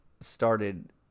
started